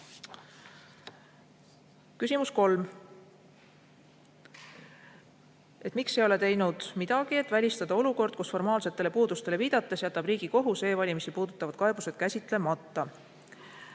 Küsimus nr 3: miks me ei ole teinud midagi, et välistada olukord, kus formaalsetele puudustele viidates jätab Riigikohus e-valimisi puudutavad kaebused käsitlemata?